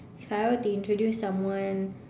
if I were to introduce someone